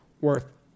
worth